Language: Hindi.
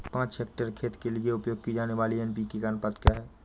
पाँच हेक्टेयर खेत के लिए उपयोग की जाने वाली एन.पी.के का अनुपात क्या होता है?